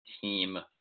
team